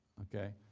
okay?